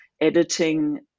editing